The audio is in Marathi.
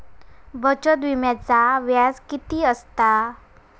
बचत विम्याचा व्याज किती असता?